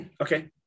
Okay